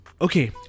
Okay